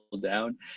down